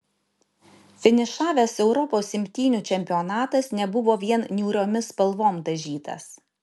finišavęs europos imtynių čempionatas nebuvo vien niūriomis spalvom dažytas